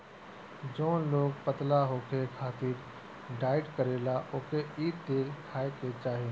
जवन लोग पतला होखे खातिर डाईट करेला ओके इ तेल खाए के चाही